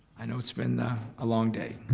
i know it's been a long day,